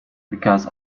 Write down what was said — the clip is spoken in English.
because